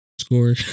score